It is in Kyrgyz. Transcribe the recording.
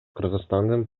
кыргызстандын